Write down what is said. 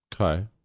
okay